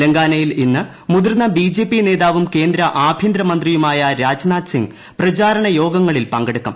തെലങ്കാനയിൽ ഇന്ന് മുതിർന്ന ബി ജെ പി നേതാവും കേന്ദ്ര ആഭ്യന്തരമന്ത്രിയുമായ രാജ്നാഥ് സിംഗ് പ്രചാരണ യോഗങ്ങളിൽ പങ്കെടുക്കും